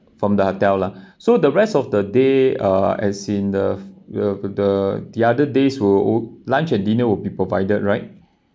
from the hotel lah so the rest of the day uh as in the will the the other days will oh lunch and dinner will be provided right